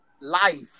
life